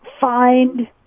find